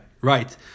right